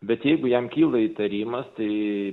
bet jeigu jam kyla įtarimas tai